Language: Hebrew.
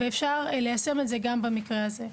ואפשר ליישם את זה גם במקרה הזה.